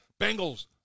Bengals